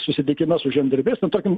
susitikime su žemdirbiais nu tarkim